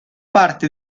parte